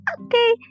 okay